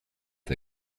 des